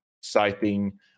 citing